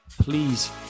please